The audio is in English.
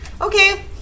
Okay